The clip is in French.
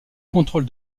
contrôle